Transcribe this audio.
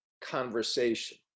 conversation